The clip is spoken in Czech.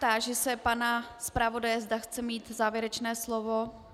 Táži se pana zpravodaje, zda chce mít závěrečné slovo.